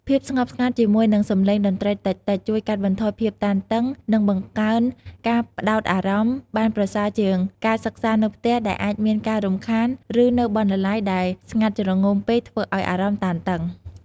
ភាពស្ងប់ស្ងាត់ជាមួយនឹងសំឡេងតន្ត្រីតិចៗ ជួយកាត់បន្ថយភាពតានតឹង និងបង្កើនការផ្ដោតអារម្មណ៍បានប្រសើរជាងការសិក្សានៅផ្ទះដែលអាចមានការរំខាន ឬនៅបណ្ណាល័យដែលស្ងាត់ជ្រងំពេកធ្វើឱ្យអារម្មណ៍តានតឹង។